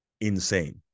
insane